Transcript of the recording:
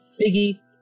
piggy